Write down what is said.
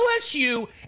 LSU